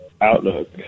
Outlook